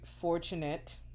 fortunate